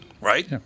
Right